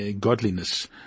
godliness